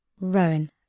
Rowan